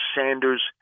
Sanders